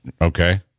Okay